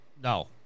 No